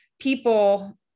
people